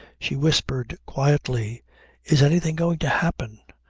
she whispered quietly is anything going to happen?